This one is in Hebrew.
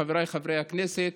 חבריי חברי הכנסת,